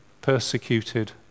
persecuted